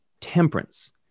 Temperance